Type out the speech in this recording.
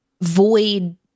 void